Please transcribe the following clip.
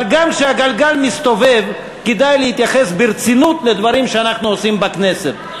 אבל גם כשהגלגל מסתובב כדאי להתייחס ברצינות לדברים שאנחנו עושים בכנסת,